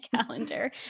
calendar